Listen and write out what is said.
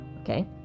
okay